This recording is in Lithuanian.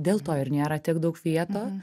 dėl to ir nėra tiek daug vietų